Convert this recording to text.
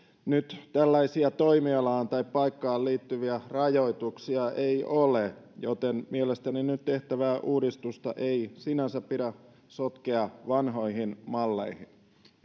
nyt tällaisia toimialaan tai paikkaan liittyviä rajoituksia ei ole joten mielestäni nyt tehtävää uudistusta ei sinänsä pidä sotkea vanhoihin malleihin